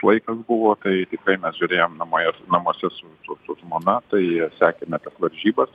laikas buvo tai tikrai mes žiūrėjom namu namuose su su su žmona tai sekėme tas varžybas